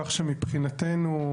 כך שמבחינתנו,